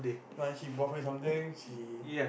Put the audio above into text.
no he bought for you something he